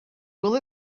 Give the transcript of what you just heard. will